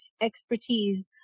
expertise